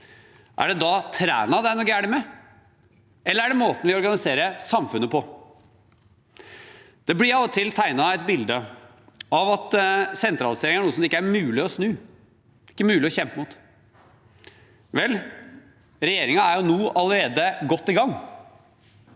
er det da Træna det er noe galt med, eller er det måten vi organiserer samfunnet på? Det blir av og til tegnet et bilde av at sentralisering er noe det ikke er mulig å snu, ikke mulig å kjempe mot. Vel, regjeringen er allerede godt i gang.